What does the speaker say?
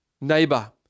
neighbor